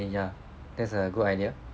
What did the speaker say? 对 ya that's a good idea